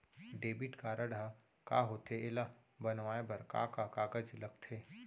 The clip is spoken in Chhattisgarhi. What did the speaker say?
डेबिट कारड ह का होथे एला बनवाए बर का का कागज लगथे?